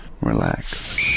Relax